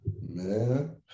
Man